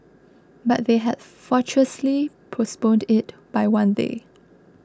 but they had fortuitously postponed it by one day